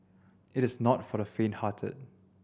it's not for the fainthearted